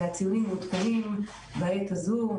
והציונים מעודכנים בעת הזאת.